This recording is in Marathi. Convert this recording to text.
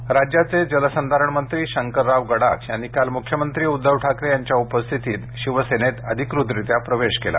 गडाख राज्याचे जलसंधारण मंत्री शंकरराव गडाख यांनी काल मुख्यमंत्री उद्धव ठाकरे यांच्या उपस्थितीत शिवसेनेत अधिकृतरीत्या प्रवेश केला